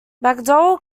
mcdowell